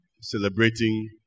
celebrating